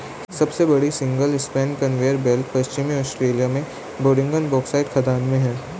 सबसे लंबी single span conveyor belt पश्चिमी ऑस्ट्रेलिया में बोडिंगटन बॉक्साइट खदान में है